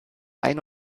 ein